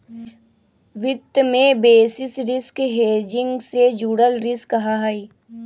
वित्त में basis risk hedging से जुड़ल रिस्क हहई